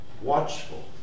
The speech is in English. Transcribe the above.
watchful